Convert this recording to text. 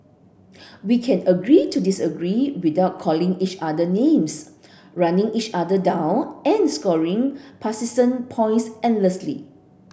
we can agree to disagree without calling each other names running each other down and scoring partisan points endlessly